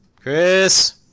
Chris